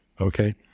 okay